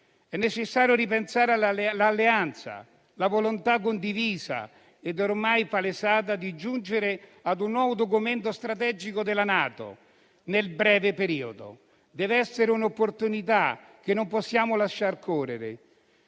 È necessario ripensare l'Alleanza, con la volontà condivisa e ormai palesata di giungere ad un nuovo documento strategico della NATO, nel breve periodo. Questa deve essere un'opportunità, che non possiamo lasciar correre.